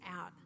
out